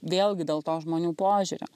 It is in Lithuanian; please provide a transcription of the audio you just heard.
vėlgi dėl to žmonių požiūrio